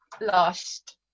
last